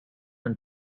and